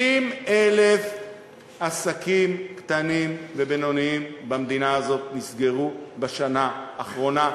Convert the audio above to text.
60,000 עסקים קטנים ובינוניים במדינה הזאת נסגרו בשנה האחרונה,